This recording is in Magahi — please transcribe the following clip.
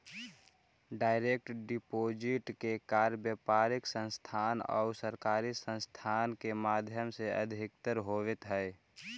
डायरेक्ट डिपॉजिट के कार्य व्यापारिक संस्थान आउ सरकारी संस्थान के माध्यम से अधिकतर होवऽ हइ